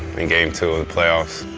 in game two of the playoffs,